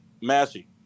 Massey